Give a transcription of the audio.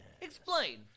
Explain